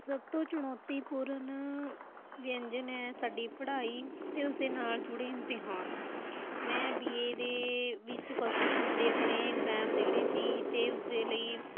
ਸਭ ਤੋਂ ਚੁਣੌਤੀ ਪੂਰਨ ਵਿਅੰਜਨ ਹੈ ਸਾਡੀ ਪੜ੍ਹਾਈ ਅਤੇ ਉਸ ਦੇ ਨਾਲ ਜੁੜੇ ਇਮਤਿਹਾਨ ਮੈਂ ਬੀ ਏ ਦੇ ਵਿੱਚ ਫਸਟ ਸੈਮ ਦੇ ਆਪਣੇ ਇਗਜ਼ਾਮ ਦੇਣੇ ਸੀ ਅਤੇ ਉਸਦੇ ਲਈ